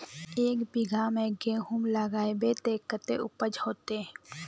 एक बिगहा में गेहूम लगाइबे ते कते उपज होते?